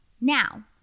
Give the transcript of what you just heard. Now